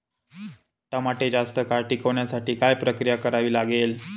टमाटे जास्त काळ टिकवण्यासाठी काय प्रक्रिया करावी लागेल?